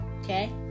okay